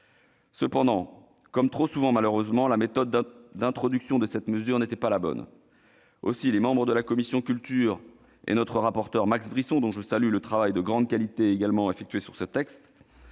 Toutefois, comme trop souvent malheureusement, la méthode d'introduction de cette mesure n'était pas la bonne. Aussi, les membres de la commission de la culture et notre rapporteur Max Brisson, dont je salue le travail de grande qualité, ont-ils su entendre